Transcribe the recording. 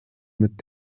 mit